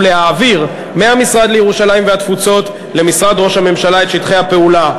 ולהעביר מהמשרד לירושלים והתפוצות למשרד ראש הממשלה את שטחי הפעולה: